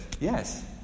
Yes